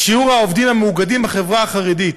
שיעור העובדים המאוגדים בחברה החרדית